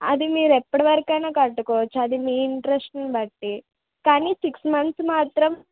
అది మీరు ఎప్పటి వరకు అయినా కట్టుకోవచ్చు అది మీ ఇంట్రెస్టును బట్టి కానీ సిక్స మంత్స్ మాత్రం